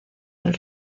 del